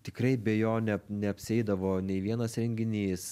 tikrai be jo ne neapsieidavo nei vienas renginys